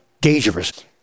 dangerous